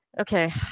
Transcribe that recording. okay